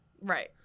right